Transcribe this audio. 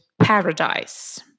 Paradise